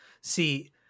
See